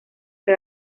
que